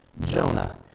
Jonah